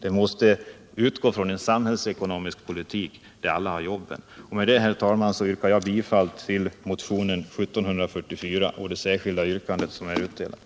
Man måste utgå från en samhällsekonomisk politik där alla har jobb. Med detta, herr talman, yrkar jag bifall till motion 1744 och det särskilda yrkande som har utdelats.